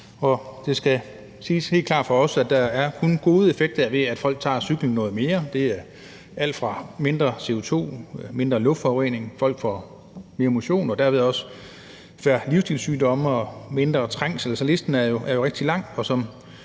Det skal siges helt klart fra vores side, at der kun er gode effekter ved, at folk tager cyklen noget mere – det er alt fra mindre CO2-udledning og mindre luftforurening, at folk får mere motion og derved også færre livsstilssygdomme, og at der er mindre trængsel. Så listen er jo rigtig lang,